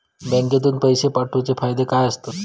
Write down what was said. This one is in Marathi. बँकेतून पैशे पाठवूचे फायदे काय असतत?